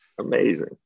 Amazing